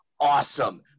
awesome